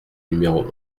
numéro